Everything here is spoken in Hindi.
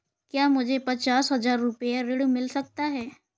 क्या मुझे पचास हजार रूपए ऋण मिल सकता है?